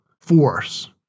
force